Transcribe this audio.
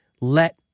let